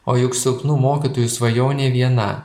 o juk silpnų mokytojų svajonė viena